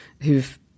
who've